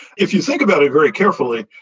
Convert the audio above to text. if you think about it very carefully,